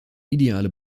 ideale